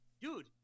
Dude